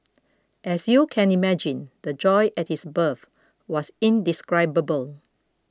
as you can imagine the joy at his birth was indescribable